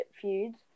feuds